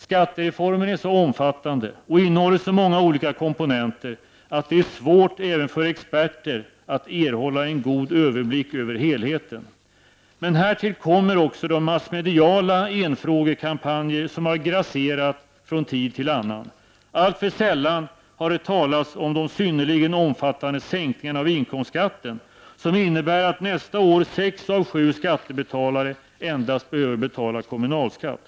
Skattereformen är så omfattande och innehåller så många olika komponenter att det är svårt även för experter att erhålla en god överblick över helheten. Men här tillkommer de massmediala enfrågekampanjer som har grasserat från tid till annan. Alltför sällan har det talats om de synnerligen omfattande sänkningarna av inkomstskatten, som ju innebär att sex av sju skattebetalare nästa år endast behöver betala kommunalskatt.